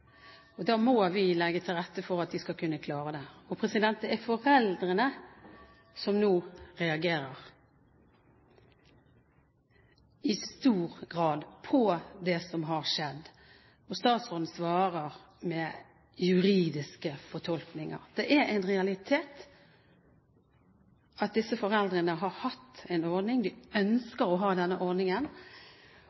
Da må vi legge til rette for at de skal kunne klare det. Det er i stor grad foreldrene som nå reagerer på det som har skjedd, og statsråden svarer med juridiske fortolkninger. Det er en realitet at disse foreldrene